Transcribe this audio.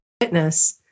fitness